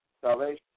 salvation